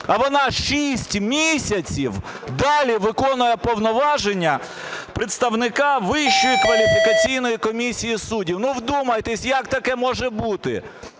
а вона 6 місяців далі виконує повноваження представника Вищої кваліфікаційної комісії суддів. Ну, вдумайтесь, як таке може бути,